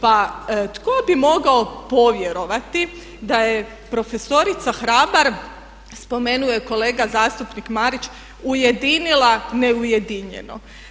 Pa tko bi mogao povjerovati da je profesorica Hrabar, spomenuo ju je kolega zastupnik Marić ujedinila ne ujedinjeno.